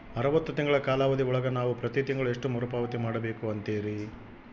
ಅರವತ್ತು ತಿಂಗಳ ಕಾಲಾವಧಿ ಒಳಗ ನಾವು ಪ್ರತಿ ತಿಂಗಳು ಎಷ್ಟು ಮರುಪಾವತಿ ಮಾಡಬೇಕು ಅಂತೇರಿ?